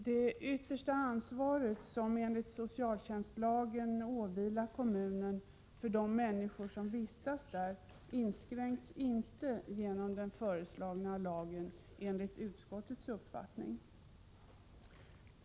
Det yttersta ansvar som enligt socialtjänstlagen åvilar kommunen beträffande de människor som vistas där inskränks enligt utskottets uppfattning inte genom den föreslagna lagen.